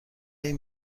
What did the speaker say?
این